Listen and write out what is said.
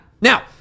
Now